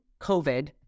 COVID